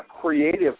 creative